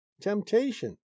temptation